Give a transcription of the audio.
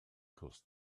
course